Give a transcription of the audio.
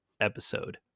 episode